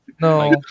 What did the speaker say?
no